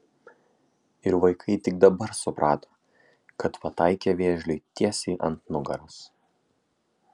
ir vaikai tik dabar suprato kad pataikė vėžliui tiesiai ant nugaros